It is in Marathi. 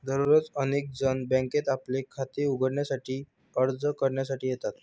दररोज अनेक जण बँकेत आपले खाते उघडण्यासाठी अर्ज करण्यासाठी येतात